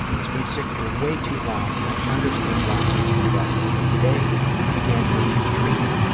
he's been sick for way too long, and i understand why he is depressed, but today he began to refuse treatment.